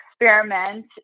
experiment